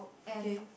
end